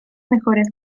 mejores